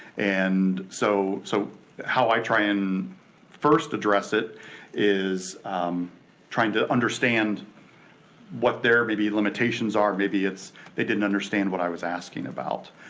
and so so how i try and first address it is trying to understand what their maybe limitations are, maybe its they didn't understand what i was asking about.